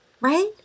right